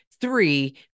Three